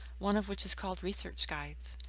one of which is called research guides.